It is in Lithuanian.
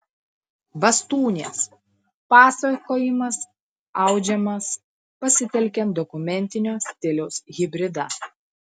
bastūnės pasakojimas audžiamas pasitelkiant dokumentinio stiliaus hibridą